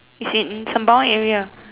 is in Sembawang area